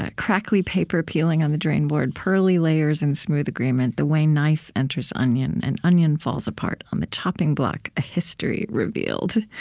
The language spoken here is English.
ah crackly paper peeling on the drainboard, pearly layers in smooth agreement, the way the knife enters onion and onion falls apart on the chopping block, a history revealed.